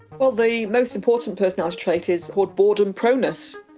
well, the most important personality trait is called boredom proneness,